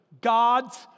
God's